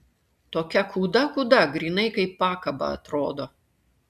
tokia kūda kūda grynai kaip pakaba atrodo